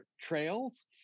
trails